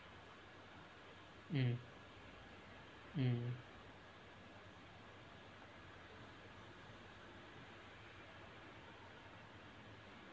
um